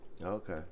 Okay